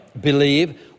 believe